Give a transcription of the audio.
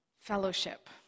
fellowship